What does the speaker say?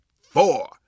four